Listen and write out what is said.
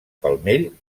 palmell